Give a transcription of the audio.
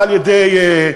לפעמים זה לצד הזה,